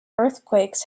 earthquakes